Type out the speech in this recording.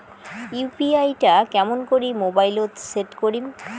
UPI টা কেমন করি মোবাইলত সেট করিম?